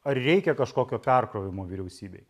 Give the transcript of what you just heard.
ar reikia kažkokio perkrovimo vyriausybei